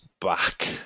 back